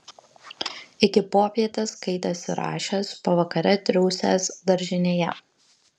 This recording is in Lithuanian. iki popietės skaitęs ir rašęs pavakare triūsęs daržinėje